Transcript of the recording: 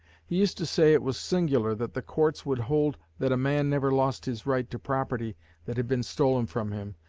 he used to say it was singular that the courts would hold that a man never lost his right to property that had been stolen from him,